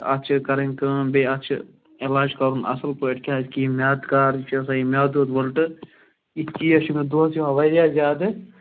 اَتھ چھِ کَرٕنۍ کٲم بیٚیہِ اَتھ چھِ علاج کَرُن اَصٕل پٲٹھۍ کیٛازِ کہِ یِم میٛادٕ کار یہِ چھُ آسان یہِ میٛادٕ دود وٕلٹہٕ یِتھۍ کیس چھِ مےٚ دۄہَس یِوان واریاہ زیادٕ